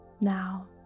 Now